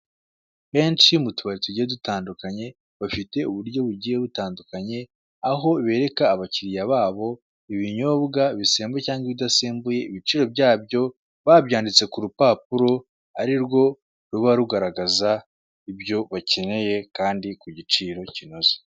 Henshi mu tubari tugiye dutandukanye, bafite uburyo bugiye butandukanye aho bereka abakiriya babo ibinyobwa bisembuye cyangwa ibidasembuye, ibiciro byabyo babyanditse ku rupapuro, ari rwo ruba rugaragaza ibyo bakeneye kandi ku giciro kinoze.